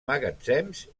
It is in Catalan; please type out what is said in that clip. magatzems